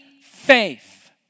faith